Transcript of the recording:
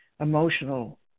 emotional